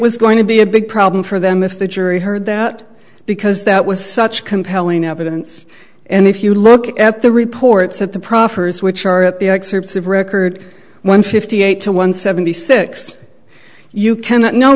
was going to be a big problem for them if the jury heard that because that was such compelling evidence and if you look at the reports at the proffers which are at the excerpts of record one fifty eight to one seventy six you cannot no